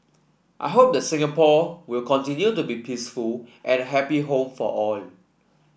I hope the Singapore will continue to be peaceful and happy home for all